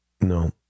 No